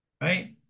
Right